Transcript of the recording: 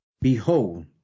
Behold